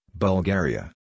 Bulgaria